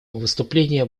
выступления